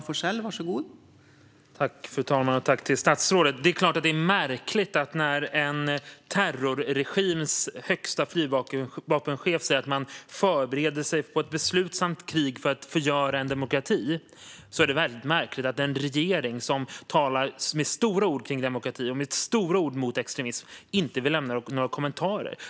Fru talman! Jag tackar statsrådet för detta. När en terrorregims högsta flygvapenchef säger att man förbereder sig på ett beslutsamt krig för att förgöra en demokrati är det mycket märkligt att en regering som talar med stora ord om demokrati och med stora ord mot extremism inte vill lämna några kommentarer.